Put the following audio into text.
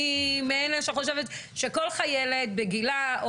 אני חושבת שכל חיילת בגילה,